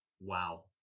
Wow